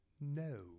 No